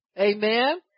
Amen